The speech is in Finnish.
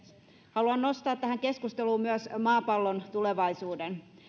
haluan nostaa tähän keskusteluun myös maapallon tulevaisuuden